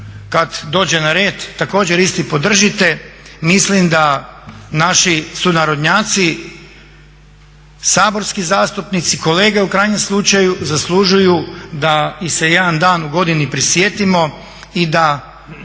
kada dođe na red također isti podržite. Mislim da naši sunarodnjaci, saborski zastupnici, kolege u krajnjem slučaju zaslužuju da ih se jedan dan u godini prisjetimo i da